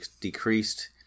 decreased